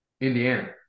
Indiana